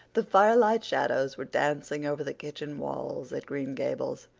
the firelight shadows were dancing over the kitchen walls at green gables,